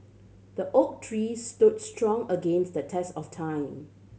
the oak tree stood strong against the test of time